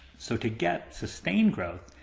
so to get sustained growth,